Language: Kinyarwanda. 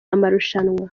amarushanwa